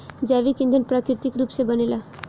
जैविक ईधन प्राकृतिक रूप से बनेला